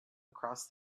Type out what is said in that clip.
across